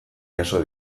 jaso